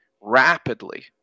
rapidly